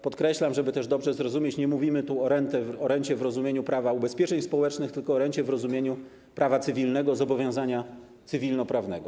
Podkreślam, żeby też dobrze to zrozumiano, iż mówimy tu nie o rencie w rozumieniu prawa ubezpieczeń społecznych, tylko o rencie w rozumieniu prawa cywilnego, zobowiązania cywilno-prawnego.